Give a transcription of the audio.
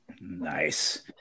Nice